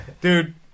Dude